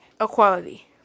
equality